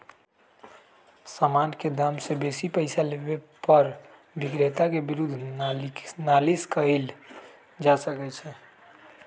समान के दाम से बेशी पइसा लेबे पर विक्रेता के विरुद्ध नालिश कएल जा सकइ छइ